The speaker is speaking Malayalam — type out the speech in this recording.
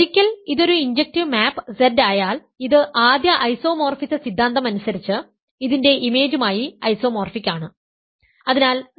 ഒരിക്കൽ ഇതൊരു ഇൻജെക്റ്റീവ് മാപ്പ് Z ആയാൽ ഇത് ആദ്യ ഐസോമോർഫിസ സിദ്ധാന്തം അനുസരിച്ച് ഇതിന്റെ ഇമേജുമായി ഐസോമോർഫിക് ആണ്